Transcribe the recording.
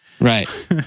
Right